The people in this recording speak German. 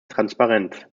transparenz